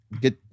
Get